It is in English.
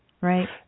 right